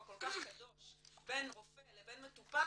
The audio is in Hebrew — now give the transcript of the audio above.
הכל כך קדוש בין רופא לבין מטופל